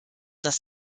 das